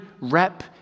rep